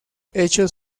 hechos